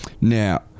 Now